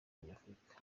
nyafurika